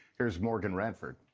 here's morgan radford.